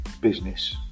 business